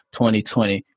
2020